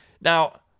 Now